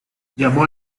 llamó